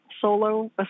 solo